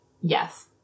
Yes